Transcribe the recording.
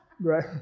Right